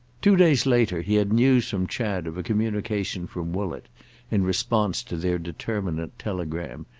two days later he had news from chad of a communication from woollett in response to their determinant telegram,